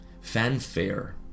fanfare